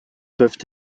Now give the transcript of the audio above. peuvent